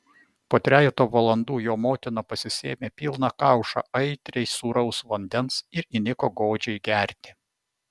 po trejeto valandų jo motina pasisėmė pilną kaušą aitriai sūraus vandens ir įniko godžiai gerti